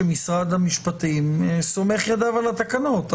שמשרד המשפטים סומך ידיו על התקנות?